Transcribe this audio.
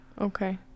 Okay